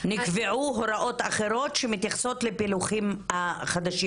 נקבעו הוראות אחרות שמתייחסות לפילוחים החדשים.